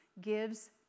gives